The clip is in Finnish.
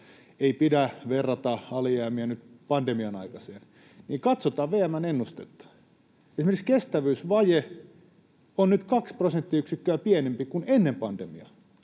ei pidä verrata alijäämiä nyt pandemian aikaiseen, niin katsotaan VM:n ennustetta. Esimerkiksi kestävyysvaje on nyt 2 prosenttiyksikköä pienempi kuin ennen pandemiaa.